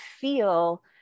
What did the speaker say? feel